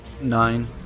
nine